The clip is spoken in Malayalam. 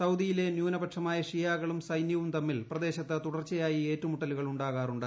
സൌദിയിലെ ന്യൂനപക്ഷമായ ഷിയാകളും സൈന്യവും തമ്മിൽ പ്രദേശത്ത് തുടർച്ചയായി ഏറ്റുമുട്ടലുകൾ ഉണ്ടാകാറുണ്ട്